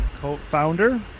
co-founder